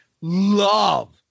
Love